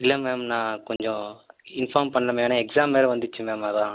இல்லை மேம் நான் கொஞ்சம் இன்ஃபார்ம் பண்ல மேம் ஏன்னா எக்ஸாம் வேறு வந்துச்சு மேம் அதான்